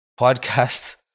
podcast